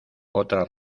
otra